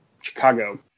Chicago